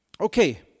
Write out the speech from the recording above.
okay